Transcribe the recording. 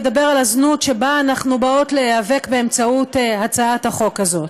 לדבר על הזנות שבה אנחנו באות להיאבק באמצעות הצעת החוק הזאת.